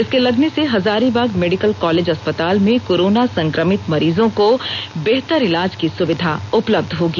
इसके लगने से हजारीबाग मेडिकल कॉलेज अस्पताल में कोरोना संक्रमित मरीजों को बेहतर इलाज सुविधा उपलब्ध होगी